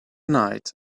night